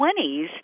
20s